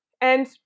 And-